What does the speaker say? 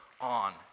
on